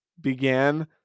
began